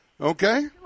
Okay